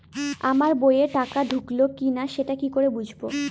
আমার বইয়ে টাকা ঢুকলো কি না সেটা কি করে বুঝবো?